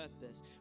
purpose